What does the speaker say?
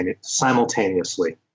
simultaneously